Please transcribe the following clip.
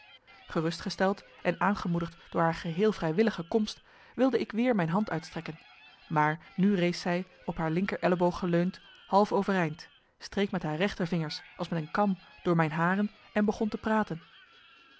gerustgesteld en aangemoedigd door haar geheel vrijwillige komst wilde ik weer mijn hand uitstrekken maar nu rees zij op haar linker elleboog geleund half overeind streek met haar rechter vingers als met een kam door mijn haren en begon te praten